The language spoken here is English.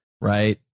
Right